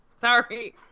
Sorry